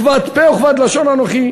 כבד פה וכבד לשון אנוכי.